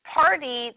party